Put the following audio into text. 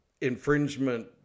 infringement